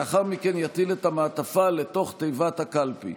לאחר מכן יטיל את המעטפה לתוך תיבת הקלפי.